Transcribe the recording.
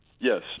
Yes